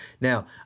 Now